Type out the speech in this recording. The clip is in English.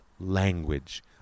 language